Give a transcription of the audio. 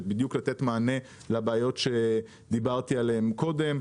כדי לתת מענה לבעיות שדיברתי עליהן קודם.